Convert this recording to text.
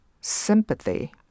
sympathy